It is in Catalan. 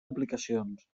aplicacions